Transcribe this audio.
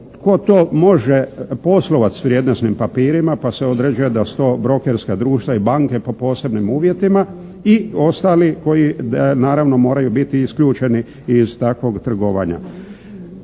tko to može poslovati sa vrijednosnim papirima pa se određuje da su to brokerska društva i banke po posebnim uvjetima i ostali koji naravno moraju biti isključeni iz takvog trgovanja.